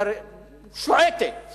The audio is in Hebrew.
שועטת